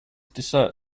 dessert